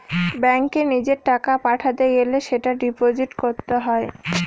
ব্যাঙ্কে নিজের টাকা পাঠাতে গেলে সেটা ডিপোজিট করতে হয়